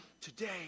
today